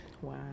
Wow